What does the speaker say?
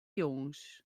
jûns